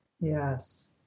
Yes